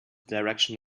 direction